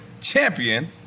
champion